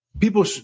people